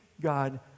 God